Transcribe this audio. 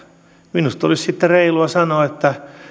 minusta olisi sitten reilua sanoa että